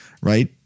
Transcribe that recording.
right